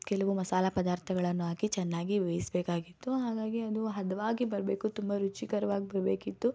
ಕೆಲವು ಮಸಾಲ ಪದಾರ್ಥಗಳನ್ನು ಹಾಕಿ ಚೆನ್ನಾಗಿ ಬೇಯಿಸ್ಬೇಕಾಗಿತ್ತು ಹಾಗಾಗಿ ಅದೂ ಹದವಾಗಿ ಬರಬೇಕು ತುಂಬ ರುಚಿಕರವಾಗಿ ಬರಬೇಕಿತ್ತು